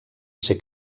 ser